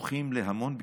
פתוח להמון ביקורת,